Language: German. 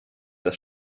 das